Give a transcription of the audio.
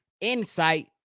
insight